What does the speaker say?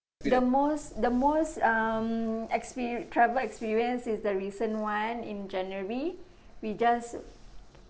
the most the most um experi~ travel experience is the recent one in january we just